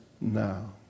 now